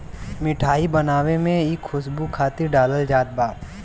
मिठाई बनावे में इ खुशबू खातिर डालल जात बा